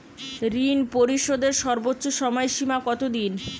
ঋণ পরিশোধের সর্বোচ্চ সময় সীমা কত দিন?